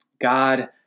God